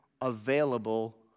available